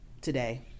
today